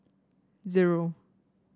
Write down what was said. zero